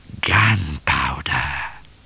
Gunpowder